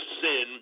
sin